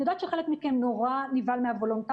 אני יודעת שחלק מכם מאוד נבהל מהוולונטרי,